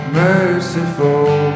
merciful